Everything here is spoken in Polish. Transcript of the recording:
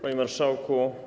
Panie Marszałku!